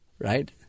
right